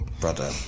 Brother